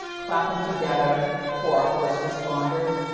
clap em together for our first responders.